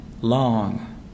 long